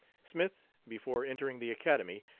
smith, before entering the academy,